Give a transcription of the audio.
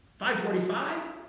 5.45